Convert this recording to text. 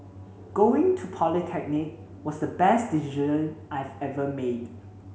going to polytechnic was the best decision I've ever made